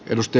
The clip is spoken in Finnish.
edusti